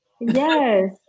Yes